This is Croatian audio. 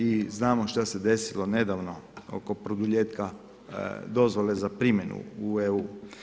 I znamo šta se desilo nedavno oko produljenja dozvole za primjenu u EU.